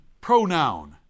pronoun